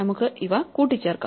നമുക്ക് ഇവ കൂട്ടി ചേർക്കാം